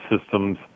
systems